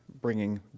bringing